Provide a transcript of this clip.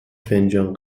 فنجان